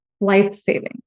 life-saving